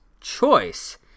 choice